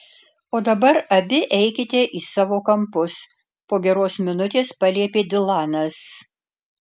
o dabar abi eikite į savo kampus po geros minutės paliepė dilanas